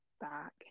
back